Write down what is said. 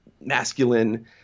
masculine